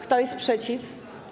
Kto jest przeciw?